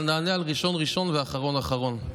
אבל נענה על ראשון ראשון, ואחרון אחרון.